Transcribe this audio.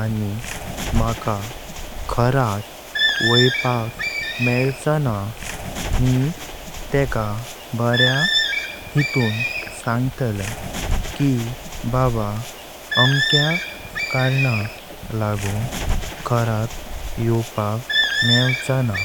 आनि म्हाका खारांत वैपाक मेळचेनां मी तेका बर्या हितून सांगतलांय कि बाबा आमक्य कर्णा लागों खारांत योपाक मेवचेनां।